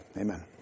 Amen